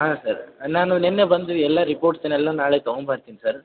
ಹಾಂ ಸರ್ ನಾನು ನಿನ್ನೆ ಬಂದು ಎಲ್ಲ ರಿಪೋರ್ಟ್ಸನ್ನೆಲ್ಲ ನಾಳೆ ತಗೊಂಬರ್ತೀನಿ ಸರ್